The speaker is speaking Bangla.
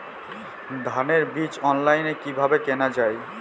ধানের বীজ অনলাইনে কিভাবে কেনা যায়?